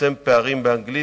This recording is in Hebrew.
לצמצם פערים באנגלית,